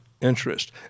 interest